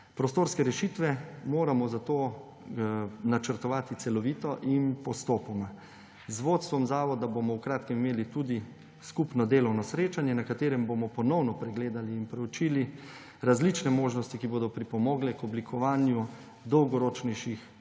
Prostorske rešitve moramo zato načrtovali celovito in postopoma. Z vodstvom zavoda bomo v kratkem imeli tudi skupno delovno srečanje, na katerem bomo ponovno pregledali in proučili različne možnosti, ki bodo pripomogle k oblikovanju dolgoročnejših